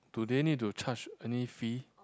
do they need to charge any fee